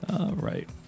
right